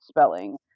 spelling